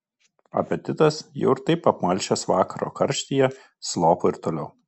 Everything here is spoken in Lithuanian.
apetitas jau ir taip apmalšęs vakaro karštyje slopo ir toliau